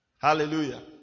Hallelujah